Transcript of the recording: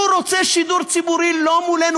הוא רוצה שידור ציבורי לא מולנו.